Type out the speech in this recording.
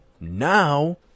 Now